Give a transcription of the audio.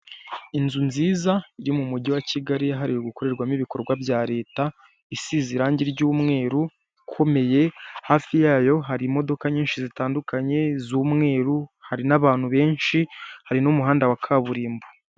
Inzu nziza iri mu mugi wa kigali, iri gukorerwamo ibikorwa bya leta, isize irangi ry'umweru ikomeye, hafi yayo hari imodoka nyinshi zitandukanye z'umweru, hari n'abantu benshi, hari n'umuhanda wa kaburimbo.